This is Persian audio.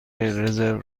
رزرو